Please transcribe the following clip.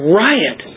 riot